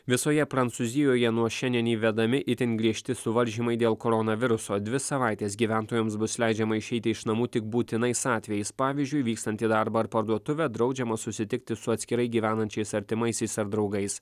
visoje prancūzijoje nuo šiandien įvedami itin griežti suvaržymai dėl koronaviruso dvi savaites gyventojams bus leidžiama išeiti iš namų tik būtinais atvejais pavyzdžiui vykstant į darbą ar parduotuvę draudžiama susitikti su atskirai gyvenančiais artimaisiais ar draugais